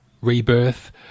rebirth